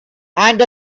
and